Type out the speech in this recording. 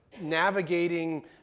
navigating